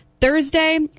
Thursday